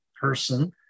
person